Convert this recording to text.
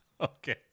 Okay